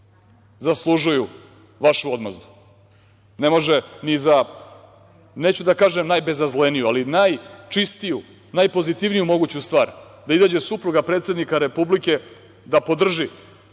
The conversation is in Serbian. zaslužuju vašu odmazdu. Ne može ni za, neću da kažem najbezazleniju, ali najčistiju, najpozitivniju moguću stvar, da izađe supruga predsednika Republike da podrži